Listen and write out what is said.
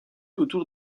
autour